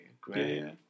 great